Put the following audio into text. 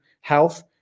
health